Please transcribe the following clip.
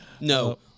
No